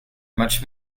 much